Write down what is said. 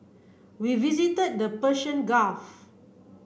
we visited the Persian Gulf